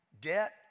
debt